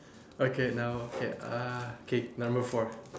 okay now okay uh okay number four